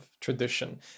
tradition